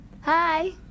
Hi